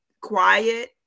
quiet